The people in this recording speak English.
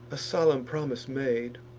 a solemn promise made,